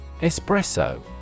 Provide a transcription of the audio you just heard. Espresso